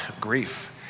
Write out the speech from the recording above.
grief